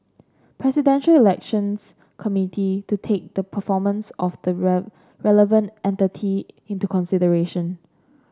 Presidential Elections Committee to take the performance of the relevant entity into consideration